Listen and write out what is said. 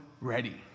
Ready